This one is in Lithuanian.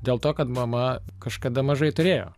dėl to kad mama kažkada mažai turėjo